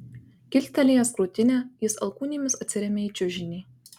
kilstelėjęs krūtinę jis alkūnėmis atsiremia į čiužinį